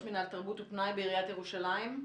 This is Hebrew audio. ראש מינהל תרבות ופנאי בעיריית ירושלים,